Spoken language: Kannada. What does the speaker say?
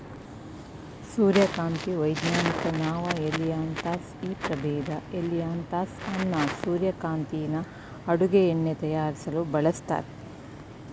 ಸೂರ್ಯಕಾಂತಿ ವೈಜ್ಞಾನಿಕ ನಾಮ ಹೆಲಿಯಾಂತಸ್ ಈ ಪ್ರಭೇದ ಹೆಲಿಯಾಂತಸ್ ಅನ್ನಸ್ ಸೂರ್ಯಕಾಂತಿನ ಅಡುಗೆ ಎಣ್ಣೆ ತಯಾರಿಸಲು ಬಳಸ್ತರೆ